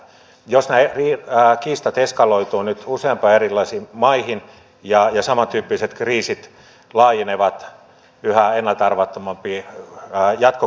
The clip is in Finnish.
jos nämä kiistat eskaloituvat nyt useampiin erilaisiin maihin ja samantyyppiset kriisit laajenevat yhä ennalta arvaamattomampiin jatkokriiseihin